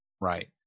right